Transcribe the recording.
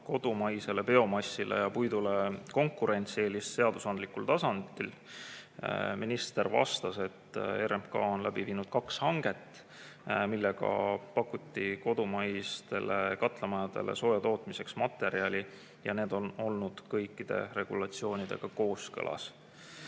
kodumaisele biomassile ja puidule konkurentsieelis seadusandlikul tasandil. Minister vastas, et RMK on läbi viinud kaks hanget, millega pakuti kodumaistele katlamajadele soojatootmiseks materjali, ja need olid kõikide regulatsioonidega kooskõlas.